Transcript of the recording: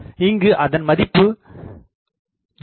இங்கு அதன் மதிப்பு 0